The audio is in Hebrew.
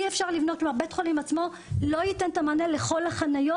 בית החולים עצמו לא ייתן מענה לכל החניות,